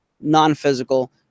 non-physical